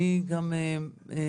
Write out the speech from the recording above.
אני גם בשמחה